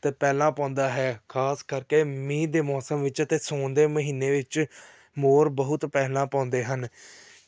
ਅਤੇ ਪੈਲਾਂ ਪਾਉਂਦਾ ਹੈ ਖਾਸ ਕਰਕੇ ਮੀਂਹ ਦੇ ਮੌਸਮ ਵਿੱਚ ਅਤੇ ਸਾਉਣ ਦੇ ਮਹੀਨੇ ਵਿੱਚ ਮੋਰ ਬਹੁਤ ਪੈਲਾਂ ਪਾਉਂਦੇ ਹਨ